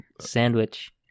sandwich